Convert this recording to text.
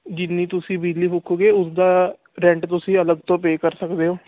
ਜਿੰਨੀ ਤੁਸੀਂ ਬਿਜਲੀ ਫੂਕੋਗੇ ਉਸਦਾ ਰੈਂਟ ਤੁਸੀਂ ਅਲੱਗ ਤੋਂ ਪੇ ਕਰ ਸਕਦੇ ਹੋ